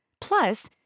Plus